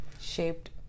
shaped